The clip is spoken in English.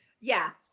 Yes